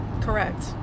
Correct